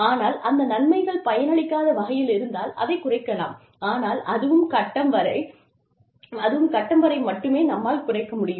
ஆனால் அந்த நன்மைகள் பயனளிக்காத வகையிலிருந்தால் அதைக் குறைக்கலாம் ஆனால் அதுவும் கட்டம் வரை மட்டுமே நம்மால் குறைக்க முடியும்